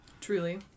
Truly